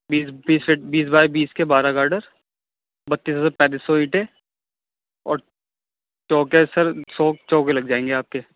بیس بیس بیس بائی بیس کے بارہ گارڈر بتیس سو سے پینتیس سو اینٹیں اور چوکے سر سو چوکے لگ جائیں گے آپ کے